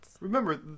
Remember